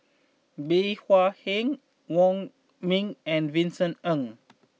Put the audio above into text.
Bey Hua Heng Wong Ming and Vincent Ng